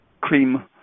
cream